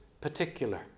particular